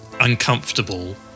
uncomfortable